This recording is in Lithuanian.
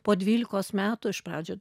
po dvylikos metų iš pradžių